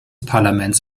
parlaments